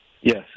Yes